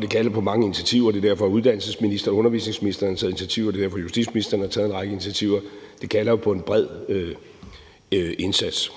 Det kalder på mange initiativer. Det er derfor, undervisningsministeren har taget initiativer. Det er derfor, justitsministeren har taget en række initiativer. Det kalder jo på en bred indsats.